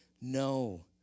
No